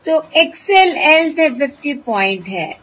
तो X l lth FFT point है